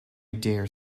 dare